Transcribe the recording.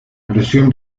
presión